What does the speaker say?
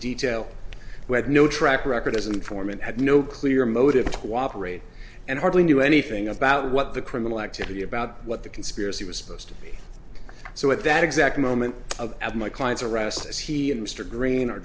detail who had no track record as an informant had no clear motive to cooperate and hardly knew anything about what the criminal activity about what the conspiracy was supposed to be so at that exact moment of my client's arrest as he and mr green